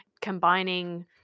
combining